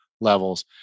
levels